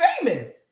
famous